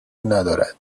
نداره